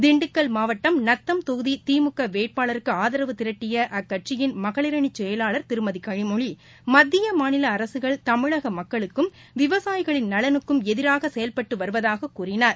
தின்டுக்கல் மாவட்டம் நத்தம் தொகுதிதிமுகவேட்பாளருக்குஆதரவு திரட்டியஅக்கட்சியின் மகளிர் அனிசெயலாளர் திருமதிகளிமொழி மத்திய மாநிலஅரசுகள் தமிழகமக்களுக்கும் விவசாயிகளின் நலனுக்கும் எதிராகசெயல்பட்டுவருவதாககூறினார்